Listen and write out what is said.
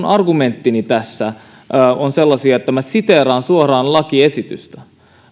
argumenttini tässä ovat sellaisia että minä siteeraan suoraan lakiesitystä